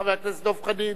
חבר הכנסת דב חנין,